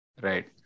right